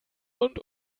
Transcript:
und